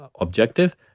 objective